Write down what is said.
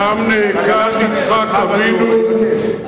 שם נעקד יצחק אבינו,